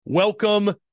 Welcome